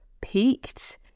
peaked